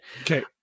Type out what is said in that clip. Okay